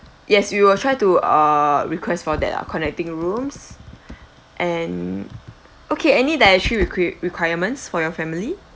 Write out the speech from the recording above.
yes we will try to uh request for that ah connecting rooms and okay any dietary require~ requirements for your family